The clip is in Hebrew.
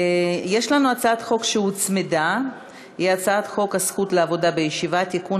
יש לנו הצעת חוק שהוצמדה: הצעת חוק הזכות לעבודה בישיבה (תיקון,